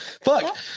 Fuck